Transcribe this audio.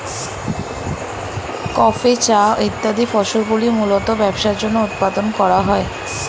coffee, চা ইত্যাদি ফসলগুলি মূলতঃ ব্যবসার জন্য উৎপাদন করা হয়